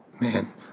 Man